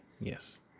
Yes